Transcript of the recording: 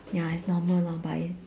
ya is normal lor but is